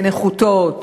כנחותות.